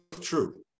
true